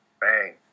bang